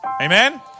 Amen